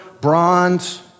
bronze